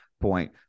point